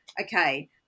okay